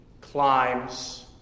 climbs